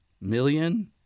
million